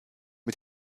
mit